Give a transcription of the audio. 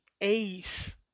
Ace